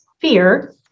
fear